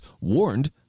warned